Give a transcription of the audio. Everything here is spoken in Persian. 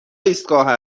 ایستگاه